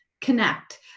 connect